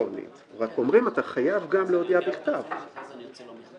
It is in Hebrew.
המיידי זה רק שאתה חייב לשלוח מישהו לחפש אותו בניו יורק.